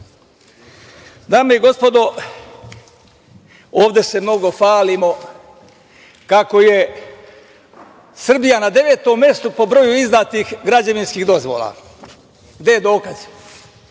i gospodo, ovde se mnogo hvalimo, kako je Srbija na 9. mestu po broju izdatih građevinskih dozvola. Gde je dokaz?